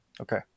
Okay